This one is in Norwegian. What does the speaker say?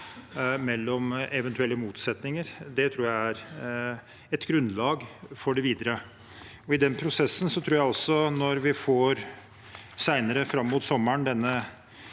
mellom eventuelle motsetninger. Det tror jeg er et grunnlag for det videre. Den prosessen – og når vi senere fram mot sommeren får